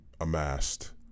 amassed